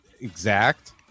exact